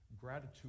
Gratitude